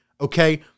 okay